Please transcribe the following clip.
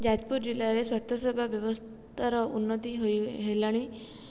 ଯାଜପୁର ଜିଲ୍ଲା ରେ ସ୍ୱାସ୍ଥ୍ୟ ସେବା ବ୍ୟବସ୍ଥା ର ଉନ୍ନତି ହୋଇ ହେଲାଣି